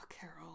Carol